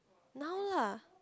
now lah